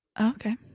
Okay